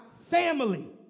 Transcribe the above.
family